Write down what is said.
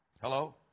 Hello